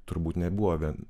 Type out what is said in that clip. turbūt nebuvo vien